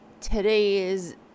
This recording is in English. today's